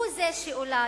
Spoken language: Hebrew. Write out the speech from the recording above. הוא זה שאולי